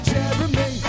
Jeremy